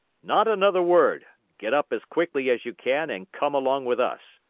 not another word! get up as quickly as you can and come along with us.